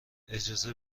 اجازه